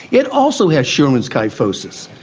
it also has scheuermann's kyphosis.